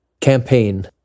campaign